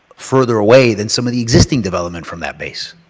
further away than some of the existing development from that base.